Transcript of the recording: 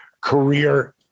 career